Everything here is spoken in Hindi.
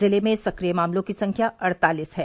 जिले में सक्रिय मामलों की संख्या अड़तालीस है